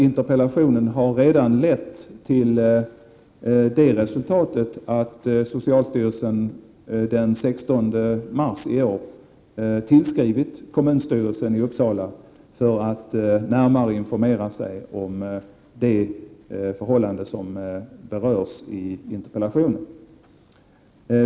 Interpellationen har redan lett till det resultatet, att socialstyrelsen den 16 mars i år tillskrivit kommunstyrelsen i Uppsala för att närmare informera sig om det förhållande som berörs i interpellationen.